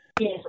Yes